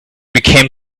became